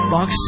Box